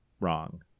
wrong